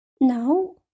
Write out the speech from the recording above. now